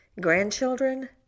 grandchildren